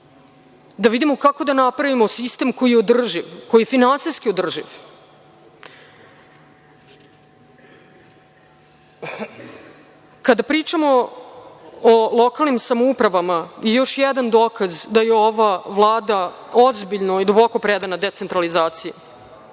da vidimo kako da napravimo sistem koji je održiv, koji je finansijski održiv. Kada pričamo o lokalnim samoupravama i još jedan dokaz da je ova Vlada ozbiljno i duboko predana decentralizaciji,